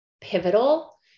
pivotal